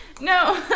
No